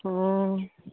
हूँ